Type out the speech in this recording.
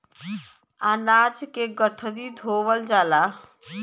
अनाज के गठरी धोवल जाला